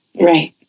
right